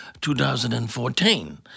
2014